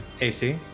AC